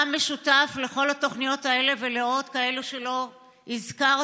מה המשותף לכל התוכניות האלה ולעוד כאלה שלא הזכרתי?